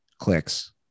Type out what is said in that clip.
Clicks